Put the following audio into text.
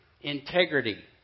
Integrity